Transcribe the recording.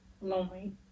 lonely